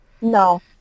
No